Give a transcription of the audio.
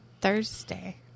Thursday